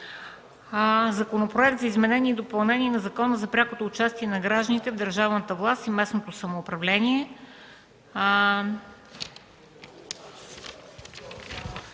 Законопроект за изменение и допълнение на Закона за пряко участие на гражданите в държавната власт и местното самоуправление,